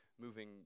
moving